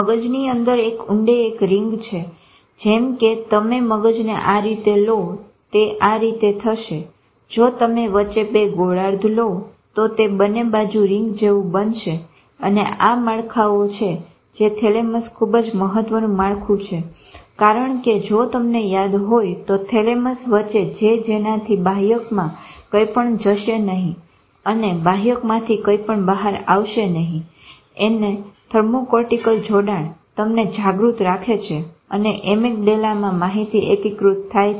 મગજની અંદર ઊંડે એક રીંગ છે જેમ કે તમે મગજને આ રીતે લો તે આ રીતે થશે જો તમે વચ્ચે બે ગોળાર્ધ લો તો તે બંને બાજુ રીંગ જેવું બનશે અને આ માળખાઓ છે થેલેમસએ ખુબ જ મહત્વનું માળખું છે કારણ કે જો તમને યાદ હોય તો થેલેમસ વચ્ચે છે જેનાથી બાહ્યકમાં કંઈપણ જશે નહી અને બાહ્યકમાંથી કંઈપણ બહાર આવશે નહી અને થેલેમોકોર્ટીકલ જોડાણ તમને જાગૃત રાખે છે અને એમિક ડેલ્લામાં માહિતી એકીકૃત કરે છે